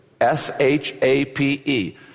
S-H-A-P-E